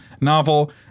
novel